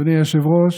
אדוני היושב-ראש,